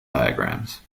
diagrams